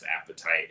appetite